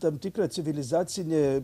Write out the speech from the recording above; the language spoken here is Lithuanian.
tam tikra civilizacinė